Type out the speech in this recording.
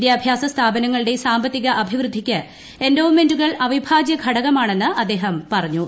വിദ്യാഭ്യാസ സ്ഥാപനങ്ങളുടെ സാമ്പത്തിക അഭിവൃദ്ധിക്ക് എൻഡോവ്മെന്റുകൾ അവിഭാജ്യ ഘടകമാണെന്ന് അദ്ദേഹം പറഞ്ഞു